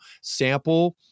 sample